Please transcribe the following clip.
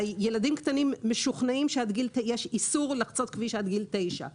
ילדים קטנים משוכנעים שעד גיל 9 יש איסור לחצות כביש לבד,